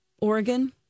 Oregon